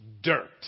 dirt